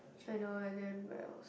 China and then what else